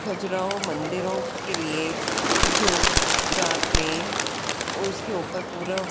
खजुराहो मंदिरों के लिए जो रात में उसके ऊपर पूरा